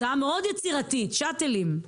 הצעה מאוד יצירתית, שאטלים.